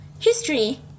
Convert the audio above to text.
history